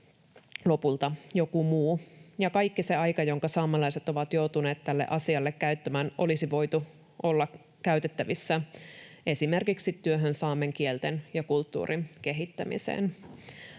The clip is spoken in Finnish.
lopulta joku muu. Kaikki se aika, jonka saamelaiset ovat joutuneet tähän asiaan käyttämään, olisi voinut olla käytettävissä esimerkiksi työhön saamen kielten ja kulttuurin kehittämiseksi.